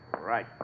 Right